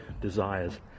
desires